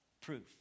Proof